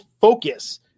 focus